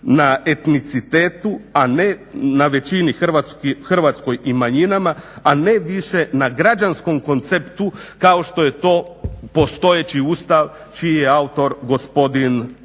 na etnicitetu, a ne na većini hrvatskoj i manjinama, a ne više na građanskom konceptu kao što je to postojeći Ustav čiji je autor gospodin Šeks.